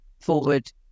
forward